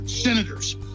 senators